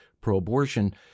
pro-abortion –